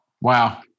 Wow